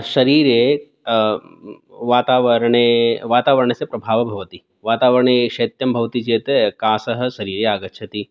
शरीरे वातावरणे वातावरणस्य प्रभावः भवति वातावरणे शैत्यं भवति चेत् कासः शरीरे आगच्छति